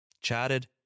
chatted